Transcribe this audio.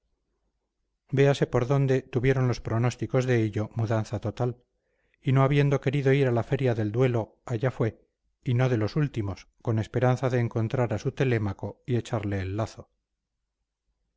véase por dónde tuvieron los propósitos de hillo mudanza total y no habiendo querido ir a la feria del duelo allá fue y no de los últimos con esperanza de encontrar a su telémaco y echarle el lazo